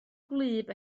gwlyb